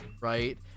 right